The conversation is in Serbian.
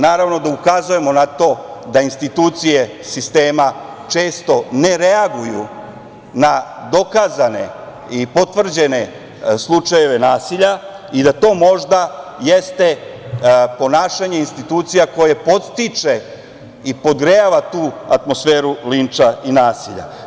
Naravno da ukazujemo na to da institucije sistema često ne reaguju na dokazane i potvrđene slučajeve nasilja i da to možda jeste ponašanje institucija koje podstiče i podgrejava tu atmosferu linča i nasilja.